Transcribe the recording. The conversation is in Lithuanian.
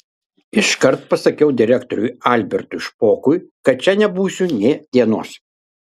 iškart pasakiau direktoriui albertui špokui kad čia nebūsiu nė dienos